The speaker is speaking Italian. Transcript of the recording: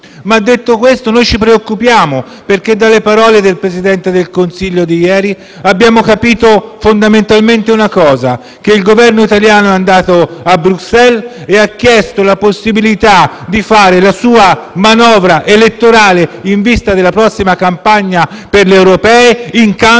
Detto questo ci preoccupiamo perché dalle parole che il Presidente del Consiglio ha detto ieri abbiamo fondamentalmente capito una cosa: il Governo italiano è andato a Bruxelles e ha chiesto la possibilità di fare la sua manovra elettorale in vista della prossima campagna per le europee in cambio